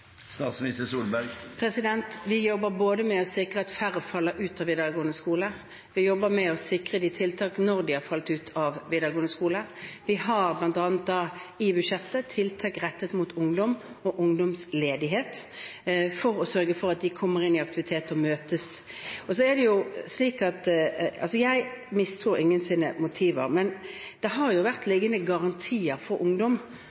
Vi jobber med å sikre at færre faller ut av videregående skole, og vi jobber med å sikre dem tiltak når de har falt ut av videregående skole. I budsjettet har vi bl.a. tiltak rettet mot ungdom og ungdomsledighet for å sørge for at de kommer inn i aktivitet og møtes. Jeg mistror ikke noens motiver, men det har jo